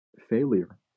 Failure